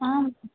आम्